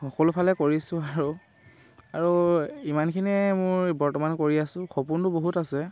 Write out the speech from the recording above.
সকলোফালে কৰিছোঁ আৰু আৰু ইমানখিনিয়ে মোৰ বৰ্তমান কৰি আছোঁ সপোনটো বহুত আছে